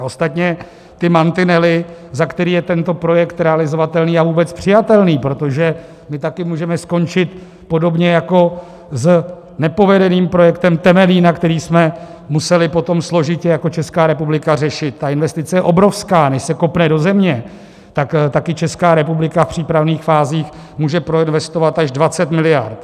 Ostatně mantinely, za kterých je tento projekt realizovatelný a vůbec přijatelný protože my také můžeme skončit podobně jako s nepovedeným projektem Temelína, který jsme museli potom složitě jako Česká republika řešit ta investice je obrovská, než se kopne do země, tak Česká republika v přípravných fázích může proinvestovat až 20 miliard.